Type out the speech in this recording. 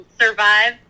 survive